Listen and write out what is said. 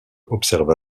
observa